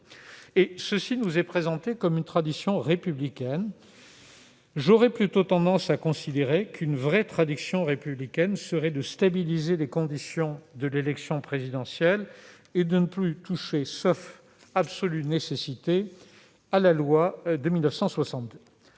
etc. Cela nous est présenté comme une tradition républicaine. Or j'aurais plutôt tendance à considérer qu'une vraie tradition républicaine consisterait à stabiliser les conditions de l'élection présidentielle et à ne plus toucher, sauf absolue nécessité, à la loi de 1962.